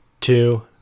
two